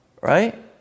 Right